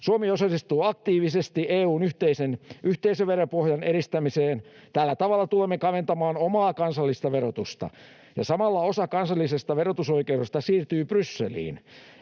Suomi osallistuu aktiivisesti EU:n yhteisen yhteisöveropohjan edistämiseen. Tällä tavalla tulemme kaventamaan omaa kansallista verotustamme, ja samalla osa kansallisesta verotusoikeudesta siirtyy Brysseliin